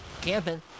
camping